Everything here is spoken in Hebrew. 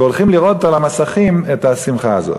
והולכים לראות על המסכים את השמחה הזאת.